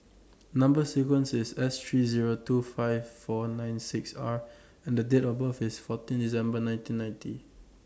Number sequence IS S three Zero two five four nine six R and Date of birth IS fourteen December nineteen ninety